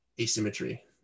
asymmetry